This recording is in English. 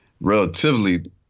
relatively